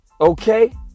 okay